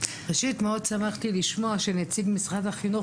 ראשית מאוד שמחתי לשמוע שנציג משרד החינוך